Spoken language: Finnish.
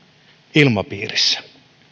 ilmapiirissä